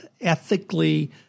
ethically